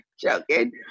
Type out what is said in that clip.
Joking